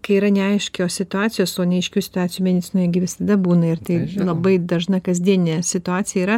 kai yra neaiškios situacijos o neaiškių situacijų medicinoj gi visada būna ir tai labai dažna kasdieninė situacija yra